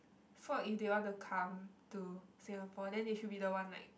so if they want to come to Singapore then they should be the one like